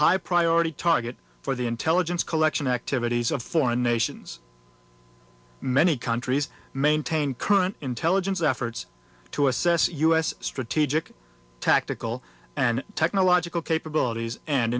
high priority target for the intelligence collection activities of foreign nations many countries maintain current intelligence efforts to assess u s strategic tactical and technological capabilities and